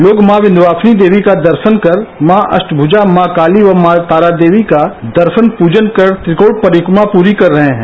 लोग माँ विध्यवासिनी देवी का दर्शन कर माँ अष्टभ्जा माँ काली व माँ तारा देवी का दर्शन पूजन कर त्रिकोण परिक्रमा पूरी कर रहे है